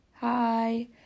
Hi